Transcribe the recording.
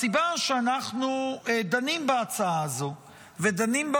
הסיבה שאנחנו דנים בהצעה הזאת ודנים בה